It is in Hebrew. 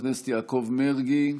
חבר הכנסת יעקב מרגי,